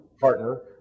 partner